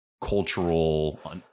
cultural